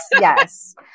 Yes